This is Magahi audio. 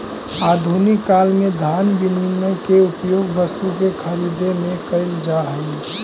आधुनिक काल में धन विनिमय के उपयोग वस्तु के खरीदे में कईल जा हई